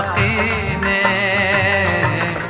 a